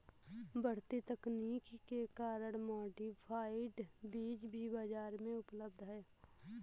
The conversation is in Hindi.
बढ़ती तकनीक के कारण मॉडिफाइड बीज भी बाजार में उपलब्ध है